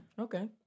Okay